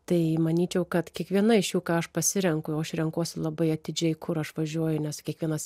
tai manyčiau kad kiekviena iš jų ką aš pasirenku o aš renkuosi labai atidžiai kur aš važiuoju nes kiekvienas